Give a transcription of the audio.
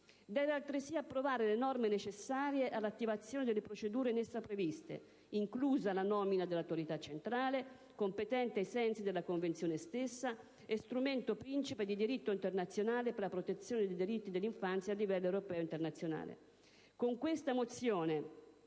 Deve altresì approvare le norme necessarie all'attivazione delle procedure in essa previste, inclusa la nomina dell'autorità centrale, competente ai sensi della Convenzione stessa, strumento principe di diritto internazionale per la protezione dei diritti dell'infanzia a livello europeo e internazionale.